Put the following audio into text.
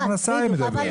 הבטחת הכנסה היא מדברת.